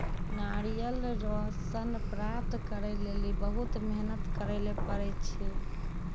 नारियल रो सन प्राप्त करै लेली बहुत मेहनत करै ले पड़ै छै